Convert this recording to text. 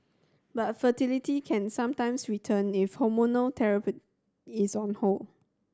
but fertility can sometimes return if hormonal therapy is on hold